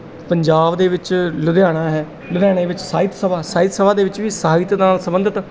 ਪੰਜਾਬ ਦੇ ਵਿੱਚ ਲੁਧਿਆਣਾ ਹੈ ਲੁਧਿਆਣੇ ਵਿੱਚ ਸਾਹਿਤ ਸਭਾ ਸਾਹਿਤ ਸਭਾ ਦੇ ਵਿੱਚ ਵੀ ਸਾਹਿਤ ਨਾਲ ਸੰਬੰਧਿਤ